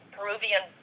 Peruvian